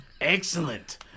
Excellent